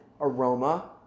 aroma